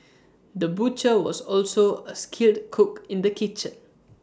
the butcher was also A skilled cook in the kitchen